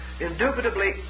indubitably